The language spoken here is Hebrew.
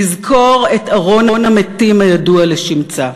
לזכור את ארון המתים הידוע לשמצה,